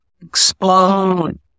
explode